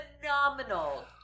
phenomenal